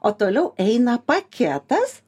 o toliau eina paketas